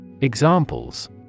Examples